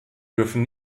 dürfen